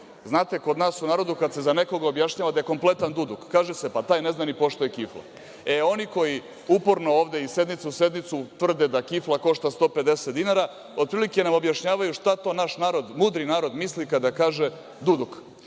Znate, kod nas u narodu, kad se za nekog objašnjava da je kompletan duduk, kaže se da taj ne zna ni pošto je kifla. E, oni koji uporno ovde, iz sednice u sednicu, tvrde da kifla košta 150 dinara, otprilike nam objašnjavaju šta to naš mudri narod misli kada kaže – duduk. Gde